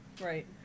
Right